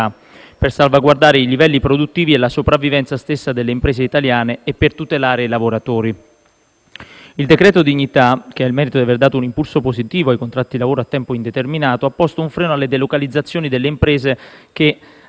per salvaguardare i livelli produttivi e la sopravvivenza stessa delle imprese italiane e per tutelare i lavoratori. Il decreto dignità, che ha il merito di aver dato un impulso positivo ai contratti di lavoro a tempo indeterminato, ha posto un freno alle delocalizzazioni delle imprese che